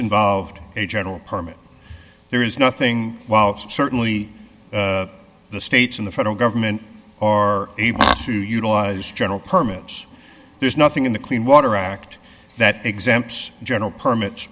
involved a general permit there is nothing while certainly the states in the federal government are able to utilize general permits there's nothing in the clean water act that exempts general permits